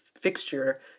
fixture